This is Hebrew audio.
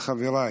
חבריי,